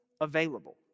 available